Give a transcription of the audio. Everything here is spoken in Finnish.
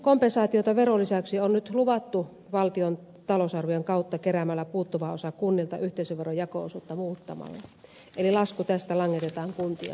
kompensaatiota verolisäyksiin on nyt luvattu valtion talousarvion kautta keräämällä puuttuva osa kunnilta yhteisöveron jako osuutta muuttamalla eli lasku tästä langetetaan kuntien maksettavaksi